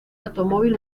automóvil